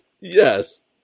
yes